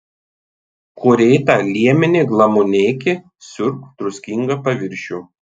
korėtą liemenį glamonėki siurbk druskingą paviršių